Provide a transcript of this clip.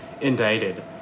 Indicted